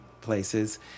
places